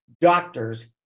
doctors